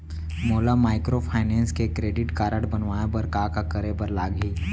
मोला माइक्रोफाइनेंस के credit card बनवाए बर का करे बर लागही?